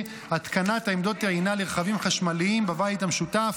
התקנת עמדות טעינה לרכבים חשמליים בבית המשותף,